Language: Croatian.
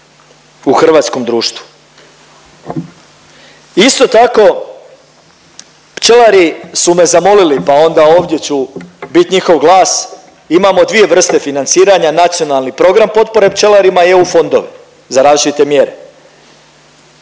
u hrvatskom društvu. Isto tako, pčelari su me zamolili pa onda ovdje ću bit njihov glas, imamo dvije vrste financiranja, nacionalni program potpore pčelarima i EU fondovi za različite mjere.